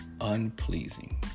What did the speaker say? unpleasing